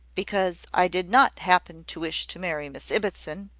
because i did not happen to wish to marry miss ibbotson,